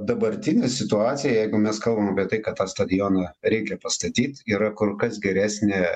dabartinė situacija jeigu mes kalbam apie tai kad tą stadioną reikia pastatyt yra kur kas geresnė